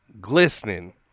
Glistening